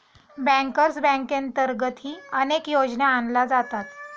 bankers बँकेअंतर्गतही अनेक योजना आणल्या जातात